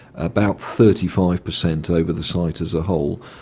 about thirty five per cent over the site as a whole,